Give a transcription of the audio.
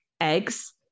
eggs